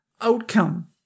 Outcome